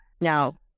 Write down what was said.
now